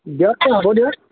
দিয়ক তে হ'ব দিয়ক